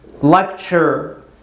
lecture